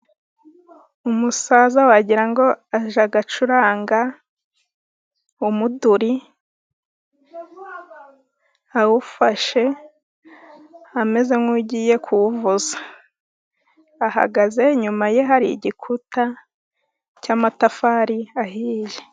Umusaza wagira ngo ajya acuranga umuduri, awufashe ameze nk'ugiye kuwuvuza ahagaze. Inyuma ye hari igikuta cy'amatafari ahiye.